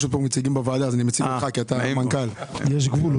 יש גבול.